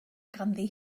ganddi